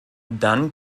dann